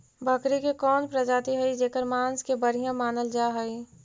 बकरी के कौन प्रजाति हई जेकर मांस के बढ़िया मानल जा हई?